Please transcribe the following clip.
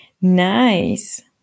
Nice